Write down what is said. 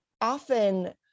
often